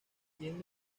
quien